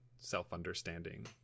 self-understanding